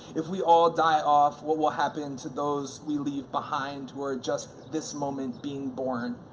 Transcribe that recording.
if we all die off, what will happen to those we leave behind who are just this moment being born?